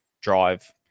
drive